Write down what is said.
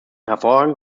hervorragend